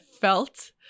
felt